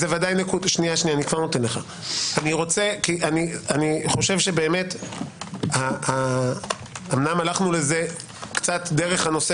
אני חושב שבאמת אמנם הלכנו לזה דרך הנושא